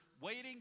waiting